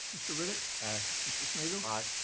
mr. riddick. aye. mr. smigiel. aye.